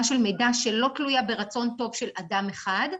של מידע שלא תלויה ברצון טוב של אדם אחד,